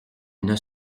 une